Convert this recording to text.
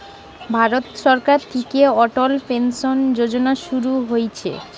ভারত সরকার থিকে অটল পেনসন যোজনা শুরু হইছে